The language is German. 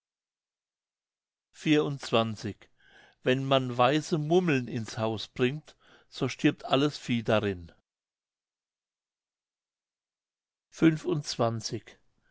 mündlich wenn man weiße mummeln ins haus bringt so stirbt alles vieh darin